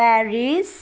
Paris